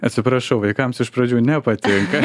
atsiprašau vaikams iš pradžių nepatinka